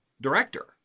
director